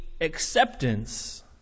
acceptance